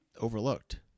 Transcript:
overlooked